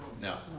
No